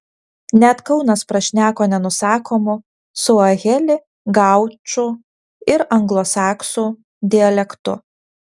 net kaunas prašneko nenusakomu suaheli gaučų ir anglosaksų dialektu